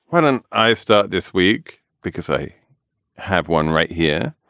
when ah i start this week, because i have one right here,